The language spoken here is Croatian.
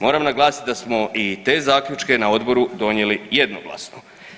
Moram naglasiti da smo i te zaključke na odboru donijeli jednoglasno.